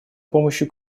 помощью